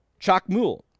chakmul